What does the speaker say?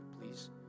please